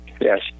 Yes